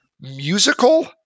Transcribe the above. musical